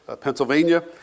Pennsylvania